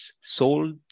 sold